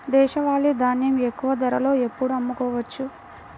దేశవాలి ధాన్యం ఎక్కువ ధరలో ఎప్పుడు అమ్ముకోవచ్చు?